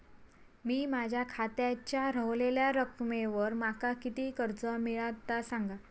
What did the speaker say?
मी माझ्या खात्याच्या ऱ्हवलेल्या रकमेवर माका किती कर्ज मिळात ता सांगा?